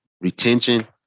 retention